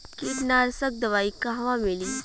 कीटनाशक दवाई कहवा मिली?